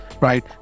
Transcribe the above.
right